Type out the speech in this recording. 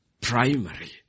primary